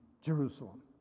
Jerusalem